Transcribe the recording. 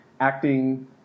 acting